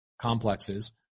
complexes